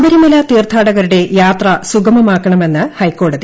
ശബരിമല തീർത്ഥാടകരുടെ യാത്ര സുഗമമാക്കണമെന്ന് ഹൈക്കോടതി